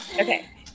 Okay